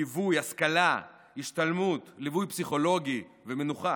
ליווי, השכלה, השתלמות, ליווי פסיכולוגי ומנוחה.